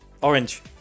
Orange